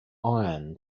iron